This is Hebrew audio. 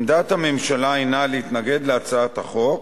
עמדת הממשלה הינה להתנגד להצעת החוק.